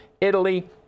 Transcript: Italy